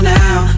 now